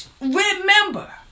Remember